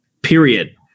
Period